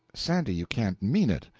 sandy, you can't mean it!